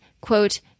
quote